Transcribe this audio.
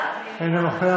אינו נוכח,